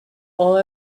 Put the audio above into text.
all